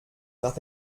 nach